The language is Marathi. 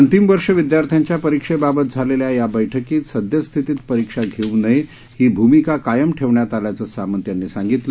अंतिम वर्ष विदयार्थ्याच्या परीक्षेबाबत झालेल्या या बैठकीत सदयस्थितीत परीक्षा घेऊ नये ही भूमिका कायम ठेवण्यात आल्याचं सामंत यांनी सांगितलं